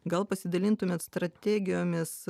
gal pasidalintumėt strategijomis